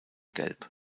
gelb